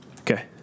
Okay